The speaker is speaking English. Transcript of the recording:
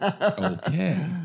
Okay